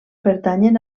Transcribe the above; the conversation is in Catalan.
pertanyen